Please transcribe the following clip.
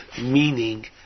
meaning